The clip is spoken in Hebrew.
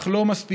אך לא מספיקה.